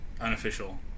unofficial